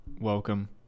Welcome